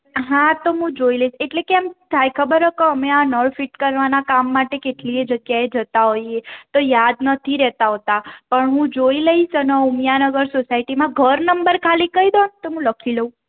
હા તો હું જોઈ લઇશ એટલે કેમ થાય ખબર છે કે અમે આ નળ ફીટ કરવાનાં કામ માટે કેટલીએ જગ્યાએ જતાં હોઈએ તો યાદ નથી રહેતાં હોતાં પણ હું જોઈ લઇશ અને ઉમિયાનગર સોસાયટીમાં ઘર નંબર ખાલી કહી દો તો હું લખી લઉં